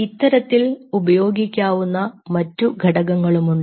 ഇത്തരത്തിൽ ഉപയോഗിക്കാവുന്ന മറ്റ് ഘടകങ്ങളുമുണ്ട്